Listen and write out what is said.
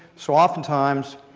so oftentimes,